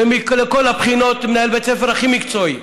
ומכל הבחינות הוא מנהל בית ספר הכי מקצועי,